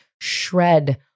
shred